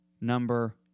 number